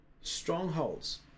Strongholds